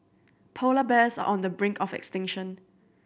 polar bears are on the brink of extinction